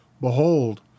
Behold